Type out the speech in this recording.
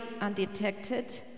undetected